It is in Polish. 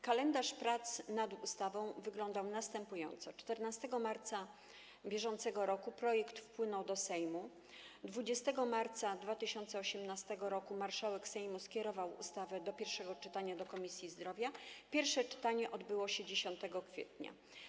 Kalendarz prac nad ustawą wyglądał następująco: 14 marca br. projekt wpłynął do Sejmu, 20 marca 2018 r. marszałek Sejmu skierował projekt ustawy do pierwszego czytania do Komisji Zdrowia, pierwsze czytanie odbyło się 10 kwietnia.